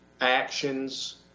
actions